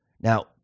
Now